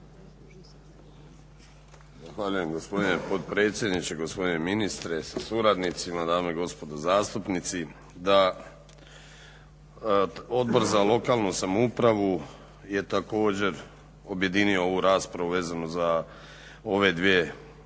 Zahvaljujem gospodine predsjedniče. Gospodine ministre sa suradnicima, dame i gospodo zastupnici. Odbor za lokalna samoupravu je također objedinio ovu rapsravu vezano za ove dvije točke.